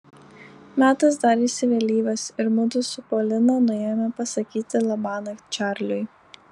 metas darėsi vėlyvas ir mudu su polina nuėjome pasakyti labanakt čarliui